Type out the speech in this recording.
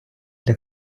для